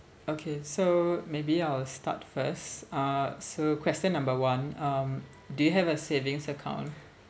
okay so maybe I'll start first uh so question number one um do you have a savings account